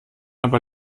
aber